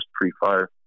pre-fire